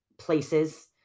places